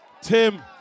Tim